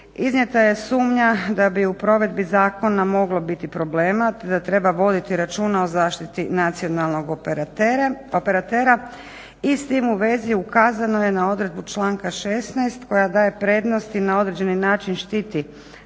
Iznijeta je sumnja da bi u provedbi zakona moglo biti problema te da treba voditi računa o zaštiti nacionalnog operatera i s tim u vezi ukazano je na odredbu članka 16. koja daje prednost i na određeni način štiti